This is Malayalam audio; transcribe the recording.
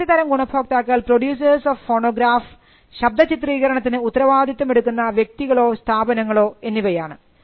രണ്ടാമത്തെ തരം ഗുണഭോക്താക്കൾ പ്രൊഡ്യൂസേഴ്സ് ഓഫ് ഫോണോഗ്രാഫ് ശബ്ദ ചിത്രീകരണത്തിന് ഉത്തരവാദിത്വം എടുക്കുന്ന വ്യക്തികളോ സ്ഥാപനങ്ങളോ എന്നിവയാണ്